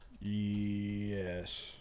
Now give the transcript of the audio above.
yes